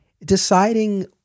deciding